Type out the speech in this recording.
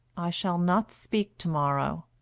i shall not speak to-morrow.